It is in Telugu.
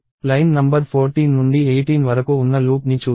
లైన్ నంబర్ 14 నుండి 18 వరకు ఉన్న లూప్ని చూద్దాం